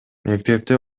мектепте